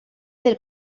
del